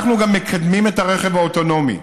אנחנו גם מקדמים את הרכב האוטונומי.